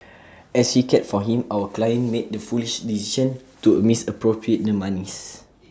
as she cared for him our client made the foolish decision to misappropriate the monies